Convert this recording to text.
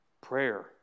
Prayer